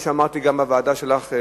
מה שגם אמרתי בוועדה שלך,